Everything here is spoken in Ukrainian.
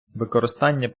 використання